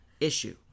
issue